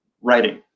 writing